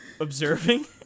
observing